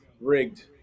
Rigged